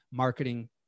Marketing